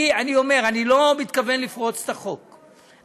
אני אומר: אני לא מתכוון לפרוץ את החוק,